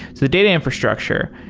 the data infrastructure,